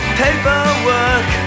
paperwork